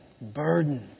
burden